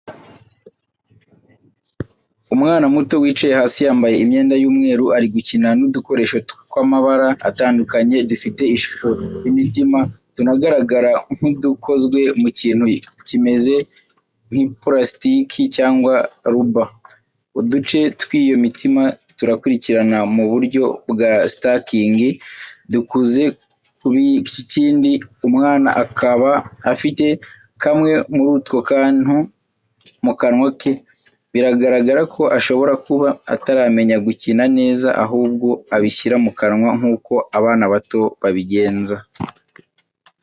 Umwana muto wicaye hasi yambaye imyenda y’umweru. Ari gukina n’udukoresho tw’amabara atandukanye dufite ishusho y’imitima, tunagaragara nk'udukozwe mu kintu gimeze nk’ipulasitiki cyangwa rubber. Uduce tw’iyo mitima turakurikirana mu buryo bwa stacking dukuze ku kindi, umwana akaba afite kamwe muri utwo kantu mu kanwa ke, biragaragara ko ashobora kuba ataramenya gukina neza ahubwo abishyira mu kanwa, nk’uko abana bato babigenza.